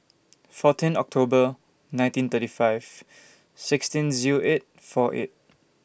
fourteen October nineteen thirty five sixteen Zero eight four eight